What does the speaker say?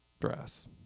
dress